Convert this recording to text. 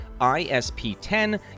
ISP10